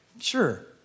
sure